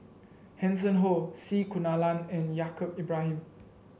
Hanson Ho C Kunalan and Yaacob Ibrahim